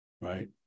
right